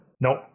Nope